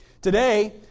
Today